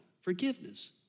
Forgiveness